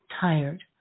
tired